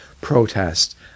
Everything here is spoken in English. protest